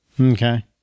Okay